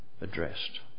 addressed